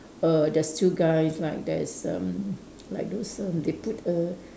err there's two guys like there's erm like those erm they put a